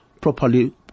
properly